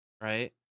right